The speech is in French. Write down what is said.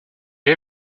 est